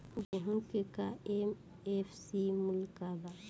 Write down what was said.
गेहू का एम.एफ.सी मूल्य का बा?